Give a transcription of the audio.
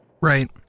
Right